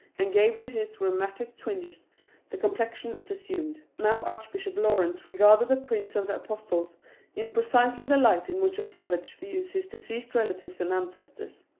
and gave to his rheumatic twinges the com plexion it assumed. now archbishop laurence regarded the prince of the apostles in precisely the light in which a savage views his deceased relatives and ancestors.